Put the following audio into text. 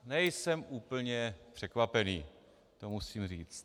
Nejsem úplně překvapený, to musím říct.